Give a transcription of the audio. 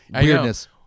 weirdness